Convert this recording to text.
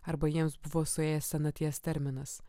arba jiems buvo suėjęs senaties terminas